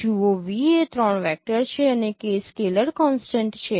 જુઓ v એ ૩ vector છે અને k સ્કેલર કોન્સટન્ટ છે